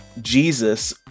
Jesus